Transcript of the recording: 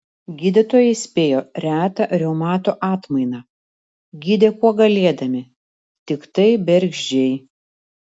gydytojai spėjo retą reumato atmainą gydė kuo galėdami tiktai bergždžiai